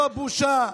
זו בושה.